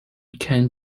can